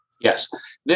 Yes